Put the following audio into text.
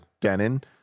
Denon